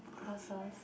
crosses